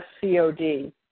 COD